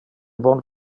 bon